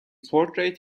portrayed